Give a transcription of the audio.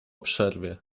przerwie